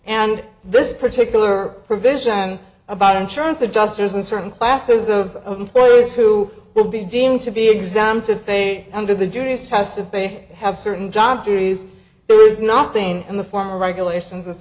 and this particular provision about insurance adjusters and certain classes of employees who will be deemed to be exam to stay under the duty status if they have certain job duties there is nothing in the form of regulations